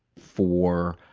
for